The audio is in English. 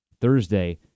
Thursday